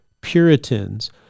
Puritans